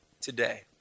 today